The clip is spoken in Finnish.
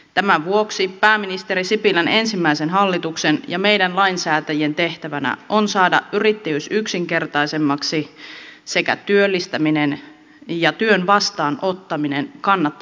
tämän vuoksi pääministeri sipilän ensimmäisen hallituksen ja meidän lainsäätäjien tehtävänä on saada yrittäjyys yksinkertaisemmaksi sekä työllistäminen ja työn vastaanottaminen kannattavammaksi